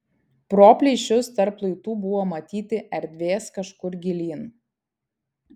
pro plyšius tarp luitų buvo matyti erdvės kažkur gilyn